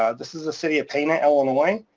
ah this is the city of pana, illinois,